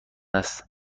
است